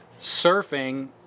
Surfing